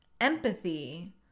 empathy